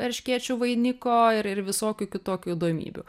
erškėčių vainiko ir ir visokių kitokių įdomybių